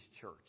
church